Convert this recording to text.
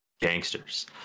gangsters